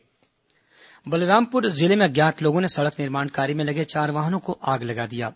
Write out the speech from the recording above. आगजनी बलरामपुर जिले में अज्ञात लोगों ने सड़क निर्माण कार्य में लगे चार वाहनों में आग लगा दी है